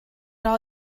all